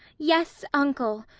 yes, uncle,